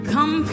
Come